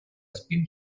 спит